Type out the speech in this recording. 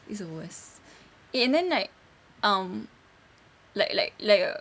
it's the worse eh and then like um like like like uh